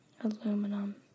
aluminum